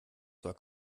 zwar